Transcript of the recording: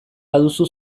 baduzu